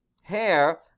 hair